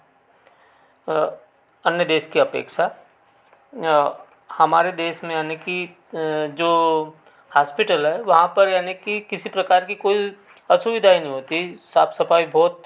अन्य देश की अपेक्षा हमारे देश में जो हॉस्पिटल हैं वहाँ पर यानी कि किसी प्रकार की कोई सुविधा नहीं होती साफ़ सफ़ाई बहुत